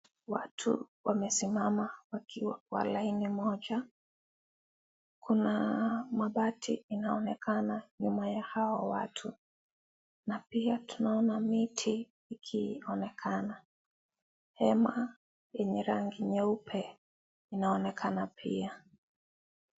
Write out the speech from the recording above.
Watu wamesimama wakiwa kwa laini moja. Kuna mabati inayoonekana nyuma ya hao watu na pia tunaona miti ikionekana. Hema yenye rangi nyeupe inaonekana pia.